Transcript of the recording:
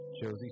Josie